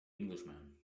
englishman